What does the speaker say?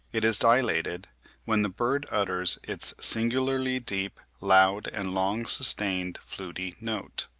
it is dilated when the bird utters its singularly deep, loud and long sustained fluty note.